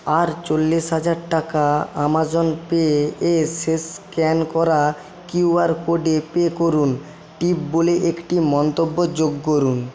আর চল্লিশ হাজার টাকা আমাজন পে এ শেষ স্ক্যান করা কিউ আর কোডে পে করুন টিপ বলে একটি মন্তব্য যোগ করুন